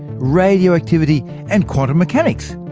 radioactivity, and quantum mechanics.